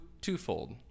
twofold